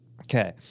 Okay